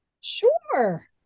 Sure